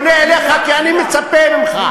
אני פונה אליך כי אני מצפה ממך.